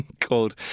called